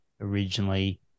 originally